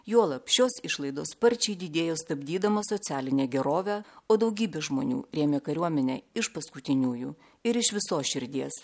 juolab šios išlaidos sparčiai didėjo stabdydamos socialinę gerovę o daugybė žmonių rėmė kariuomenę iš paskutiniųjų ir iš visos širdies